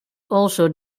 also